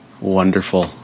Wonderful